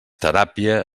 teràpia